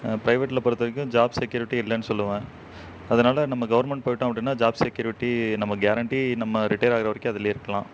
ப்ரைவேட்டில் பொறுத்தவரைக்கும் job security இல்லைன்னு சொல்லுவேன் அதனால் நம்ம கவர்மெண்ட் போய்விட்டோம் அப்படின்னா ஜாப் செக்யூரிட்டி நம்ம கேரண்டி நம்ம ரிட்டேர் ஆகிற வரைக்கும் அதிலே இருக்கலாம்